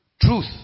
Truth